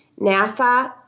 NASA